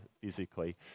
physically